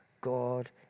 God